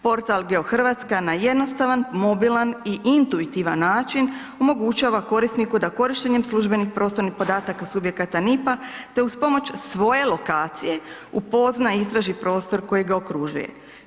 Portal GeoHrvatska na jednostavan, mobilan i intuitivan način omogućava korisniku da korištenjem službenih prostornih podataka subjekata NIPP-a, te uz pomoć svoje lokacije upozna i istraži prostor koji ga okružuje.